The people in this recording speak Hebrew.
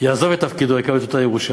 יעזוב את תפקידו, שיקבל את אותה ירושה.